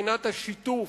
מבחינת השיתוף,